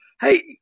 Hey